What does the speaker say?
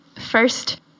First